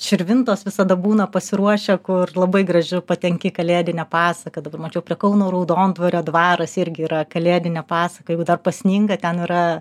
širvintos visada būna pasiruošę kur labai gražu patenki į kalėdinę pasaką dabar mačiau prie kauno raudondvario dvaras irgi yra kalėdinė pasaka jeigu dar pasninga ten yra